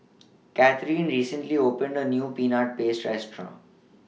Catherine recently opened A New Peanut Paste Restaurant